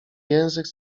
język